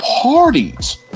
parties